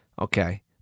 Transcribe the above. Okay